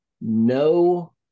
no